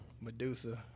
Medusa